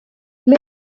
ble